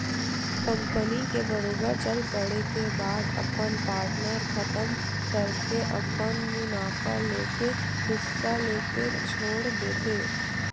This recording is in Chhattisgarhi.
कंपनी के बरोबर चल पड़े के बाद अपन पार्टनर खतम करके अपन मुनाफा लेके हिस्सा लेके छोड़ देथे